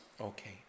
Okay